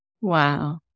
wow